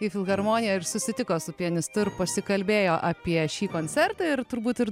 į filharmoniją ir susitiko su pianistu ir pasikalbėjo apie šį koncertą ir turbūt ir